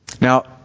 Now